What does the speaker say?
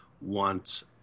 wants